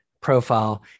profile